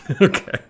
Okay